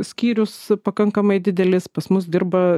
skyrius pakankamai didelis pas mus dirba